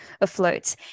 afloat